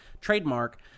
trademark